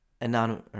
Anonymous